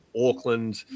Auckland